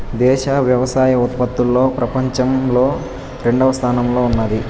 దేశం వ్యవసాయ ఉత్పత్తిలో పపంచంలో రెండవ స్థానంలో ఉన్నాది